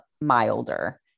milder